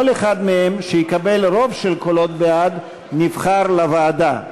כל אחד מהם שיקבל רוב של קולות בעד, נבחר לוועדה.